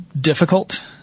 difficult